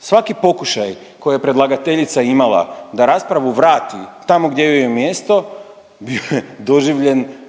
Svaki pokušaj koji je predlagateljica imala da raspravu vrati tamo gdje joj je mjesto bio je doživljen kao,